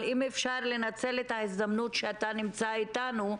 אבל אם אפשר לנצל את ההזדמנות שאתה נמצא אתנו,